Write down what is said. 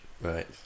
Right